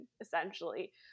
essentially